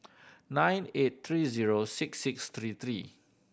nine eight three zero six six three three